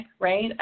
right